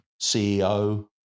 CEO